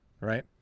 right